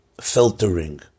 filtering